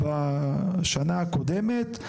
בשנה הקודמת,